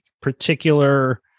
particular